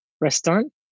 restaurant